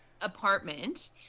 apartment